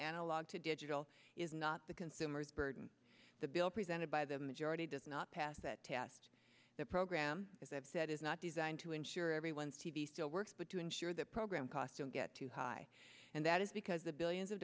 analog to digital is not the consumer's burden the bill presented by the majority to not passed that test the program as i've said is not designed to ensure everyone's t v still works but to ensure that program costs don't get too high and that is because the billions of